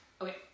Okay